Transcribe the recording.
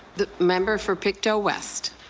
the member for pictou west.